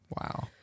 Wow